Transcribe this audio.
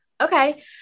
Okay